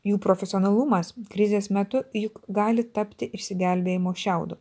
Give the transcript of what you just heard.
jų profesionalumas krizės metu juk gali tapti išsigelbėjimo šiaudu